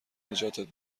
نجاتت